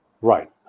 Right